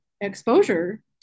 exposure